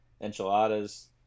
enchiladas